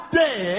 day